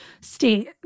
state